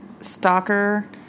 stalker